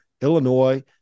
Illinois